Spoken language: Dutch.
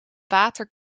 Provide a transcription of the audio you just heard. water